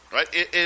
Right